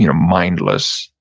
you know mindless.